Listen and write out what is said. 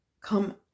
come